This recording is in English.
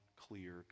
clear